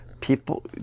people